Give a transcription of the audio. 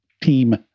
team